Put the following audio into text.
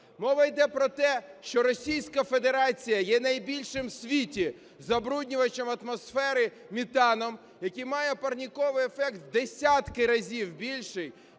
Мова йде про те, що Російська Федерація є найбільшим у світі забруднювачем атмосфери метаном, який має парниковий ефект в десятки разів більше,